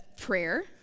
prayer